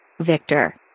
Victor